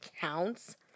counts